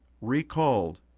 recalled